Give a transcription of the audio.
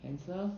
cancer